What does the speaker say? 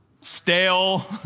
stale